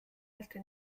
altri